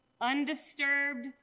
Undisturbed